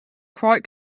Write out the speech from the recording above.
quite